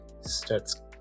starts